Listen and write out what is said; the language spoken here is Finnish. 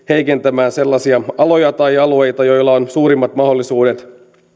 heikentämään sellaisia aloja tai alueita joilla on suurimmat mahdollisuudet